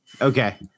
Okay